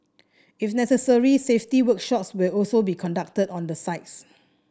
if necessary safety workshops will also be conducted on the sites